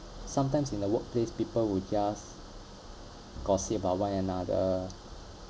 sometimes in the workplace people will just gossip about one another